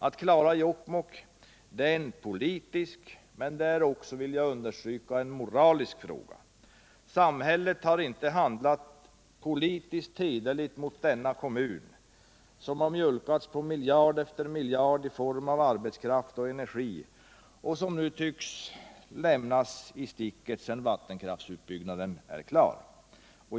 Att klara sysselsättningsproblemen i Jokkmokk är en politisk, men också — och det vill jag understryka — en moralisk fråga. Samhället har inte handlat politiskt hederligt mot denna kommun som har mjölkats på miljard efter miljard i form av arbetskraft och energi och som nu tycks lämnas i sticket när vattenkraftsutbyggnaden blir klar.